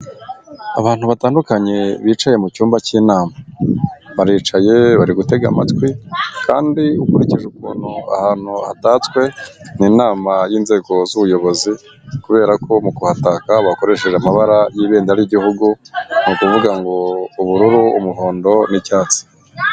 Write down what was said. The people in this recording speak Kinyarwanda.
Abantu batandukanye bicaye mu cyumba cy'inama baricaye bari gutega amatwi kandi ukurikije ukuntu ahantu hatatswe ni inama y'inzego z'ubuyobozi kubera ko mu kuhataka bakoresheje amabara y'ibendera ry'igihugu ni ukuvuga ngo ubururu, umuhondo n'icyatsi.